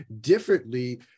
differently